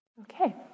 Okay